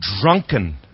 drunken